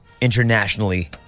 internationally